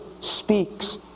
speaks